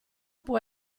può